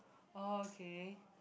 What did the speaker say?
okay